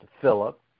Philip